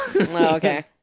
okay